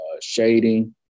shading